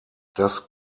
das